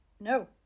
no